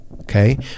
okay